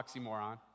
oxymoron